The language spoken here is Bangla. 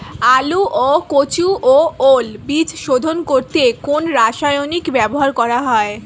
আলু ও কচু ও ওল বীজ শোধন করতে কোন রাসায়নিক ব্যবহার করা হয়?